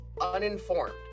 uninformed